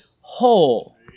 whole